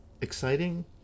exciting